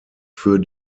für